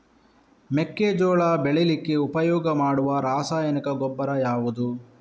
ಮೆಕ್ಕೆಜೋಳ ಬೆಳೀಲಿಕ್ಕೆ ಉಪಯೋಗ ಮಾಡುವ ರಾಸಾಯನಿಕ ಗೊಬ್ಬರ ಯಾವುದು?